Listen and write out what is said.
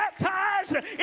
baptized